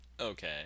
Okay